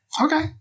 okay